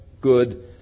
good